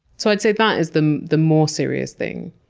so i'd say that is the the more serious thing.